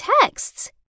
texts